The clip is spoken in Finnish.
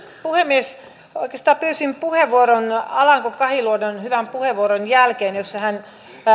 puhemies oikeastaan pyysin puheenvuoron alanko kahiluodon hyvän puheenvuoron jälkeen jossa hän